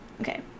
Okay